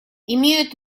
имеют